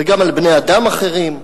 וגם על בני-אדם אחרים.